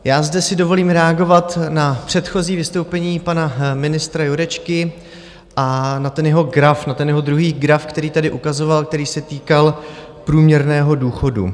Já zde si dovolím reagovat na předchozí vystoupení pana ministra Jurečky a na ten jeho graf, na ten jeho druhý graf, který tady ukazoval, který se týkal průměrného důchodu.